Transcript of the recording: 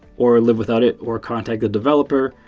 or live without it, or contact a developer,